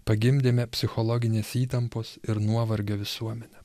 pagimdėme psichologinės įtampos ir nuovargio visuomenę